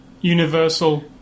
Universal